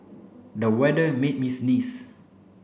the weather made me sneeze